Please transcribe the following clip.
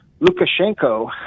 Lukashenko